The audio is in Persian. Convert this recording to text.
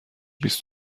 بیست